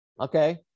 okay